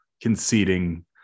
conceding